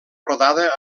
rodada